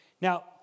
Now